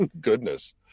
Goodness